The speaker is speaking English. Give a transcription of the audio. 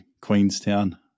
Queenstown